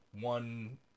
one